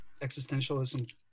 existentialism